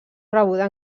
rebuda